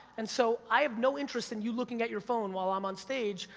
and so, i have no interest in you looking at your phone while i'm on stage,